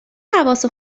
حواس